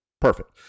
Perfect